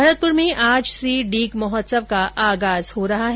भरतपुर में आज से डीग महोत्सव का आगाज हो रहा है